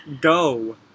go